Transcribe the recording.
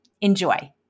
Enjoy